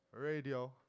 Radio